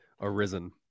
arisen